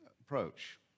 approach